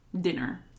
dinner